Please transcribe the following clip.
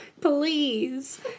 Please